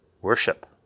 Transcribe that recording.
worship